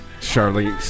Charlie